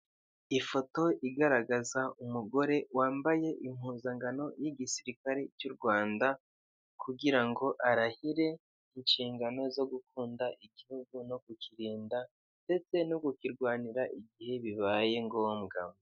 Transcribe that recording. Ifoto igaragaza umugore wambaye impuzangano y'igisirikare cy'u Rwanda, kugira ngo arahire inshingano zo gukunda igihugu no kukirinda ndetse no kukirwanira igihe bibaye ngombwa.